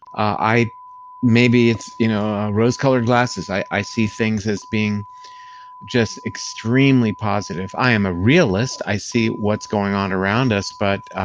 maybe it's you know rose colored glasses. i i see things as being just extremely positive. i am a realist. i see what's going on around us, but